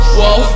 Whoa